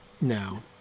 now